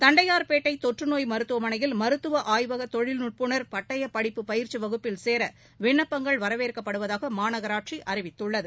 தண்டையா்பேட்டை தொற்றுநோய் மருத்துவமனையில் மருத்துவ ஆய்வக தொழில்நுட்புனா் பட்டய படிப்பு பயிற்சி வகுப்பில் சேர விண்ணப்பங்கள் வரவேற்கப்படுவதாக மாநகராட்சி அறிவித்துள்ளது